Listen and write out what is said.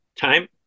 Time